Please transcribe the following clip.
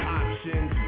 options